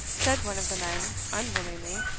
said one of the men, unwillingly.